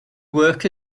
work